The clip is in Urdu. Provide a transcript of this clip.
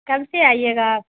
کل سے آئیے گا آپ